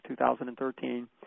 2013